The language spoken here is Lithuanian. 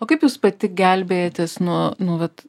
o kaip jūs pati gelbėjatės nuo nu vat